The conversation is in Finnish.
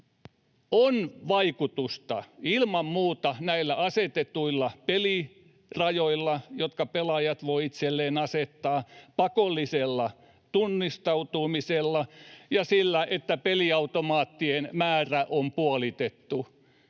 on vaikutusta ilman muuta näillä asetetuilla pelirajoilla, jotka pelaajat voivat itselleen asettaa, pakollisella tunnistautumisella ja sillä, että peliautomaattien määrä on puolitettu.